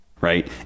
Right